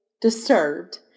disturbed